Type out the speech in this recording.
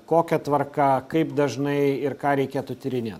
kokia tvarka kaip dažnai ir ką reikėtų tyrinėt